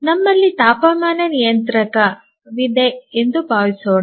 ನಮ್ಮಲ್ಲಿ ತಾಪಮಾನ ನಿಯಂತ್ರಕವಿದೆ ಎಂದು ಭಾವಿಸೋಣ